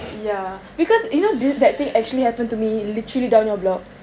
ya because you know the that thing actually happened to me literally down your block